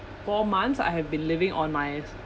four months I have been living on my